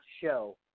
show